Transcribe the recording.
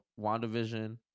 Wandavision